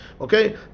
Okay